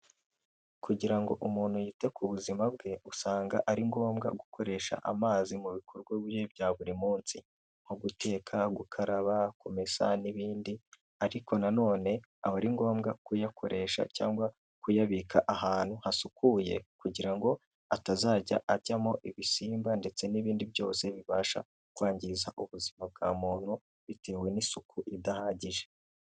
Kigira ngo umuntu yite ku buzima bwe usanga ari ngombwa gukoresha amazi mu bikorwa bye bya buri munsi, nko guteka gukaraba kumesa n'ibindi ariko nanone aho ari ngombwa kuyakoresha cyangwa kuyabika ahantu hasukuye kugira ngo atazajya ajyamo ibisimba ndetse n'ibindi byose bibasha kwangiza ubuzima bwa muntu bitewe n'isuku idahagije.